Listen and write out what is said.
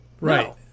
Right